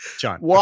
John